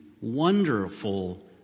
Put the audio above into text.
wonderful